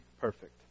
perfect